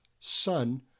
son